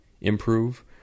improve